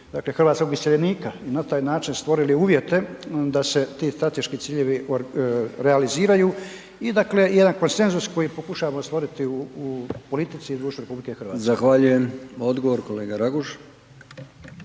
hrvatskog iseljenika i na taj način stvorili uvjete da se ti strateški ciljevi realiziraju i, dakle jedan koncensus koji pokušavamo stvoriti u, u politici i društvu RH.